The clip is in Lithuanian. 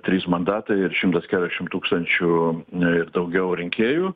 trys mandatai ir šimtas keturiasdešim tūkstančių ir daugiau rinkėjų